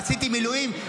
עשיתי מילואים,